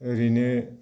ओरैनो